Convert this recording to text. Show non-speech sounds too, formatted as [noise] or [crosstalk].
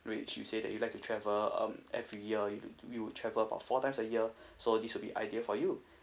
which you say that you like to travel um every year you you would travel about four times a year [breath] so this will be ideal for you [breath]